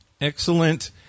Excellent